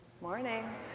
Morning